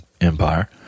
empire